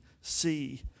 see